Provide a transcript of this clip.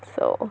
so